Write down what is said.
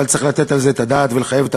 אבל צריך לתת על זה את הדעת ולחייב את